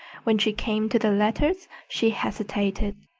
when she came to the letters, she hesitated.